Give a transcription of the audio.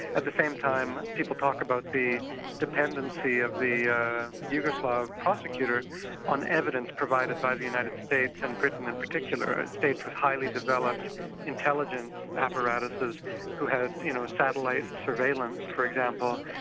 at the same time, people talk about the dependency of the yugoslav prosecutor on evidence provided by the united states and britain in particular, ah states with highly developed intelligence apparatuses who had you know satellite surveillance for example,